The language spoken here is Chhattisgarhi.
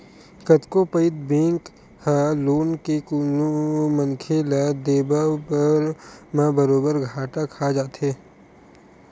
कतको पइत बेंक ह लोन के कोनो मनखे ल देवब म बरोबर घाटा खा जाथे